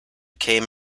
came